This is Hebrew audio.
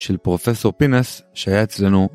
של פרופסור פינס שהיה אצלנו.